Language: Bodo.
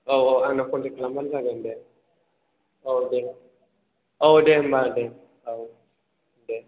औ औ आंनाव कन्टेक्ट खालामब्लानो जागोन दे औ दे औ दे होनबा दे औ दे